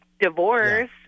divorce